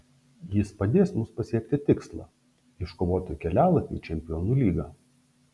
jis padės mums pasiekti tikslą iškovoti kelialapį į čempionų lygą